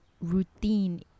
routine